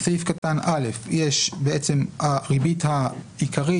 בסעיף קטן (א) הריבית העיקרית,